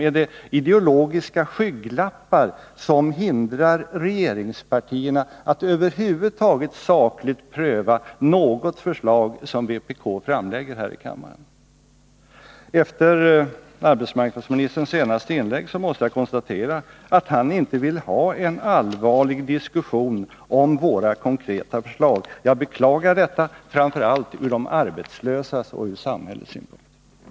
Är det ideologiska skygglappar som hindrar regeringspartierna från att över huvud taget sakligt pröva något förslag som vpk framlägger här i kammaren? Efter arbetsmarknadsministerns senaste inlägg måste jag konstatera att han inte vill ha en allvarlig diskussion om våra konkreta förslag. Jag beklagar detta, framför allt ur de arbetslösas och samhällets synpunkt.